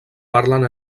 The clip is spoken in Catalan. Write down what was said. parlen